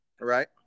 Right